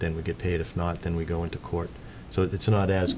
then we get paid if not then we go into court so that's not as